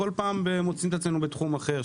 כל פעם מוצאים את עצמנו בתחום אחר.